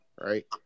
Right